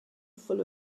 full